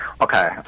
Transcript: Okay